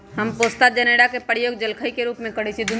हम पोस्ता जनेरा के प्रयोग जलखइ के रूप में करइछि